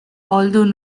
although